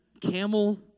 camel